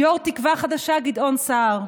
יו"ר תקווה חדשה גדעון סער,